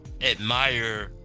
admire